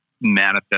manifest